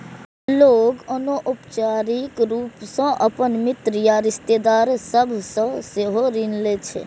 लोग अनौपचारिक रूप सं अपन मित्र या रिश्तेदार सभ सं सेहो ऋण लै छै